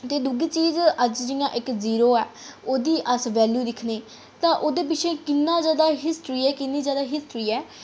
ते दूई चीज अज्ज जि'यां इक जीरो ऐ ओह्दी अस वैल्यू दिक्खने तां ओह्दे पिच्छें किन्नी जैदा हिस्ट्री ऐ किन्नी जैदा हिस्ट्री ऐ